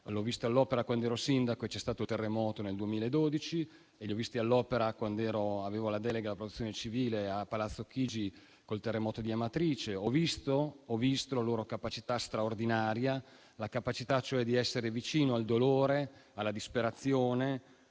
ho visti all'opera quando ero sindaco, in occasione del terremoto del 2012, e li ho visti all'opera quando avevo la delega alla protezione civile a Palazzo Chigi, in occasione del terremoto di Amatrice. Ho visto la loro capacità straordinaria di essere vicini al dolore, alla disperazione,